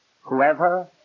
Whoever